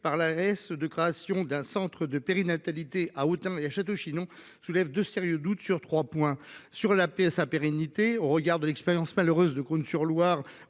par l'AS de création d'un centre de périnatalité a autant y à Château-Chinon soulève de sérieux doutes sur 3 points sur la paie sa pérennité au regard de l'expérience malheureuse de sur Loire